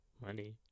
money